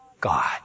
God